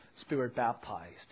spirit-baptized